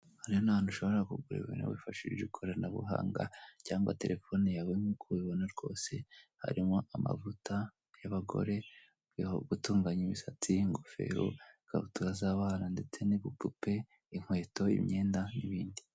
Hano ni ahantu ushobora kugura ibintu wifashishije ikoranabuhanga cyangwa telefone yawe nkuko ubibona rwose, harimo amavuta y'abagore yo gutunganya imisatsi y'ingofero, ikabutura z'abana ndetse n'ibipupe, inkweto, imyenda n'ibindi.